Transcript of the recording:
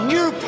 New